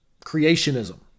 creationism